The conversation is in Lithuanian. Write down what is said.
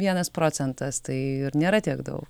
vienas procentas tai ir nėra tiek daug